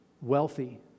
wealthy